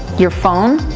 your phone,